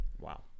Wow